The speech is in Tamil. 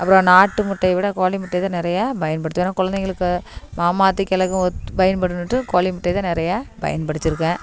அப்புறோம் நாட்டு முட்டையை விட கோழி முட்டையை தான் நிறைய பயன்படுத்துவேன் ஏனால் கொழந்தைங்களுக்கு மாமா அத்தைக்கெல்லாருக்கும் ஒத் பயன்படுனுட்டு கோழி முட்டையை தான் நிறைய பயன்படுத்தியிருக்கேன்